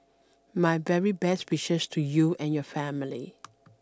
my very best wishes to you and your family